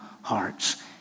hearts